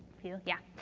few? yeah.